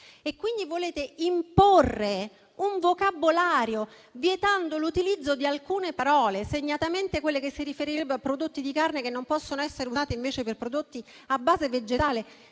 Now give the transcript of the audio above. quindi volete imporre un vocabolario vietando l'utilizzo di alcune parole e segnatamente quelle che si riferirebbero a prodotti di carne e che non possono essere usati invece per prodotti a base vegetale.